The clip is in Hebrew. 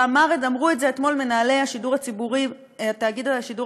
ואמרו את זה אתמול מנהלי תאגיד השידור